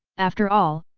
after all,